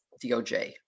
DOJ